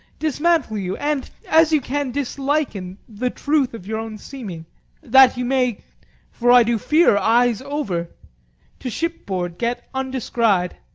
dismantle you and, as you can, disliken the truth of your own seeming that you may for i do fear eyes over to shipboard get undescried.